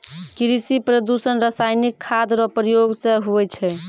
कृषि प्रदूषण रसायनिक खाद रो प्रयोग से हुवै छै